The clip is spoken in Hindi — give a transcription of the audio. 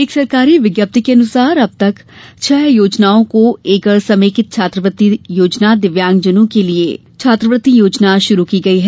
एक सरकारी विज्ञप्ति के अनुसार अब छह योजनाओं को एक कर समेकित छात्रवृत्ति योजना दिव्यांग जनों के लिये छात्रवृत्ति योजना प्रारम्भ की गई है